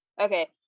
Okay